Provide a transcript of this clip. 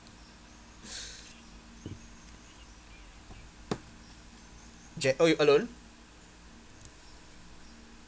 jac oh you alone